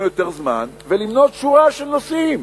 לי יותר זמן ולמנות שורה של נושאים